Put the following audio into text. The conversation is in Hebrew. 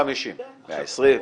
היא אומרת בסביבות 150, 120. כן.